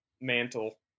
mantle